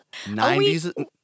90s